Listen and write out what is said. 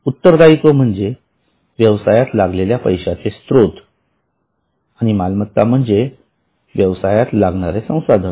उत्तरदायित्व म्हणजे व्यवसायात लागलेल्या पैश्याचे स्रोत आणि मालमत्ता म्हणजे व्यवसायात लागणारे संसाधन